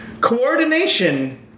Coordination